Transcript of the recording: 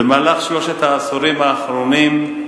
במהלך שלושת העשורים האחרונים,